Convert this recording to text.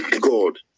God